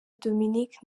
dominic